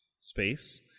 space